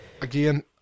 again